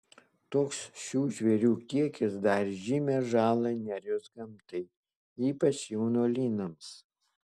toks šių žvėrių kiekis darė žymią žalą nerijos gamtai ypač jaunuolynams